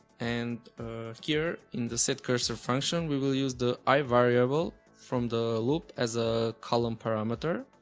and here in the setcursor function we will use the i variable from the loop as a column parameter.